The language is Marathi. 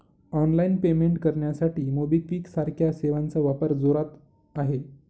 ऑनलाइन पेमेंट करण्यासाठी मोबिक्विक सारख्या सेवांचा वापर जोरात आहे